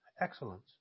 excellence